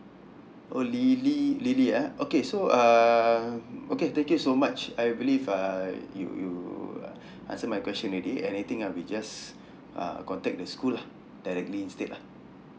oh lily lily ah okay so um okay thank you so much I believe uh you you uh answered my question already anything I'll be just uh contact the school lah directly instead lah